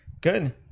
Good